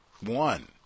One